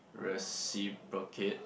reciprocate